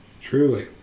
Truly